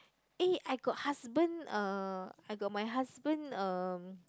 eh I got husband uh I got my husband uh